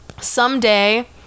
Someday